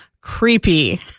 creepy